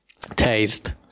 taste